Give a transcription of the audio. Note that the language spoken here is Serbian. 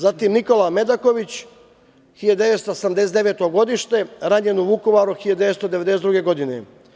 Zatim, Nikola Medaković 1979. godište, ranjen u Vukovaru 1992. godine.